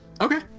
Okay